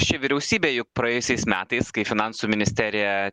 ši vyriausybė juk praėjusiais metais kai finansų ministerija